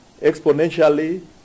exponentially